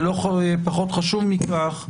ולא פחות חשוב מכך,